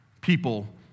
people